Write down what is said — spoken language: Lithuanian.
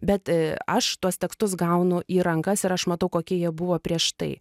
bet aš tuos tekstus gaunu į rankas ir aš matau kokie jie buvo prieš tai